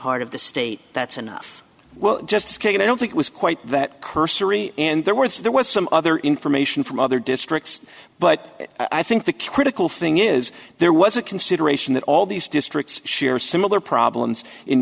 part of the state that's enough well justice kagan i don't think it was quite that cursory and their words there was some other information from other districts but i think the critical thing is there was a consideration that all these districts share similar problems